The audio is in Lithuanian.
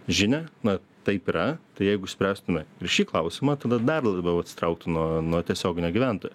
žinią na taip yra tai jeigu išspręstume ir šį klausimą tada dar labiau atsitraukti nuo nuo tiesioginio gyventojo